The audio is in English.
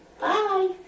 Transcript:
Bye